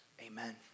amen